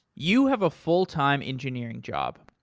you have a full time engineering job.